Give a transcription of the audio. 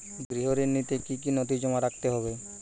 গৃহ ঋণ নিতে কি কি নথি জমা রাখতে হবে?